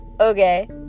Okay